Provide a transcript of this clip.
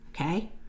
Okay